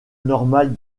normale